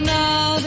now